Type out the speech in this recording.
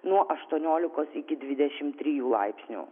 nuo aštuoniolikos iki dvidešim trijų laipsnių